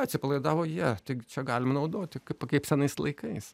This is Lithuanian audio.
atsipalaidavo jie taigi čia galima naudoti kaip kaip senais laikais